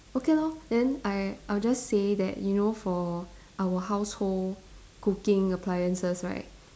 okay lor then I I will just say that you know for our household cooking appliances right